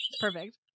Perfect